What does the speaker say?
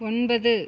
ஒன்பது